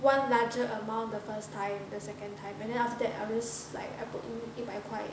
one larger amount the first time the second time and then after that I lose like I put 一百块